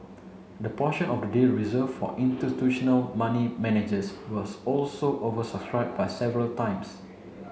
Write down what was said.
the portion of the deal reserved for institutional money managers was also oversubscribed by several times